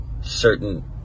certain